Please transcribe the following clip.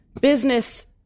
Business